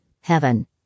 heaven